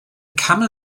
camel